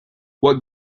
what